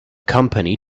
company